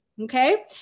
Okay